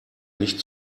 nicht